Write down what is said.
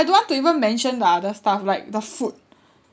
n't want to even mention the other stuff like the food